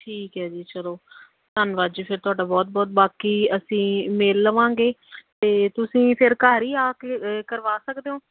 ਠੀਕ ਹੈ ਜੀ ਚਲੋ ਧੰਨਵਾਦ ਜੀ ਫਿਰ ਤੁਹਾਡਾ ਬਹੁਤ ਬਹੁਤ ਬਾਕੀ ਅਸੀਂ ਮਿਲ ਲਵਾਂਗੇ ਅਤੇ ਤੁਸੀਂ ਫਿਰ ਘਰ ਹੀ ਆ ਕੇ ਕਰਵਾ ਸਕਦੇ ਹੋ